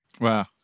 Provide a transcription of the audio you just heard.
Wow